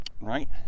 right